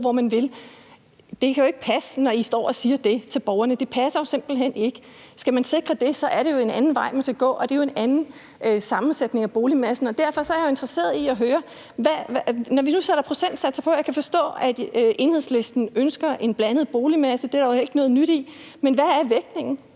hvor man vi: Det kan jo ikke passe, når I står og siger det til borgerne. Det passer simpelt hen ikke. Skal man sikre det, er det jo en anden vej, man skal gå, og det er jo en anden sammensætning af boligmassen. Og derfor er jeg interesseret i at høre, i forhold til når vi nu sætter procentsatser på. Jeg kan forstå, at Enhedslisten ønsker en blandet boligmasse. Det er der jo ikke noget nyt i. Men hvad er vægtningen?